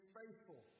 faithful